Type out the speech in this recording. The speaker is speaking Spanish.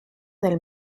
del